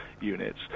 units